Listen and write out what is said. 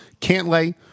Cantlay –